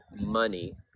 money